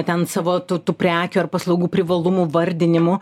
ten savo tų tų prekių ar paslaugų privalumų vardinimu